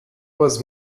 was